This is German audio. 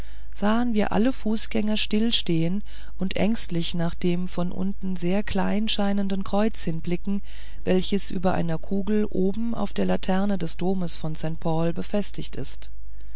sahen wir alle fußgänger still stehen und ängstlich nach dem von unten sehr klein scheinenden kreuze hinblicken welches über einer kugel oben auf der laterne des doms von st paul befestigt ist